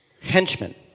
Henchmen